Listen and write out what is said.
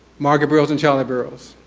margaret burroughs and charlie burroughs.